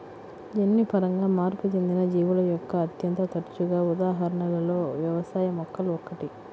జన్యుపరంగా మార్పు చెందిన జీవుల యొక్క అత్యంత తరచుగా ఉదాహరణలలో వ్యవసాయ మొక్కలు ఒకటి